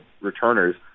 returners